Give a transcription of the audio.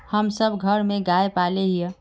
हम सब घर में गाय पाले हिये?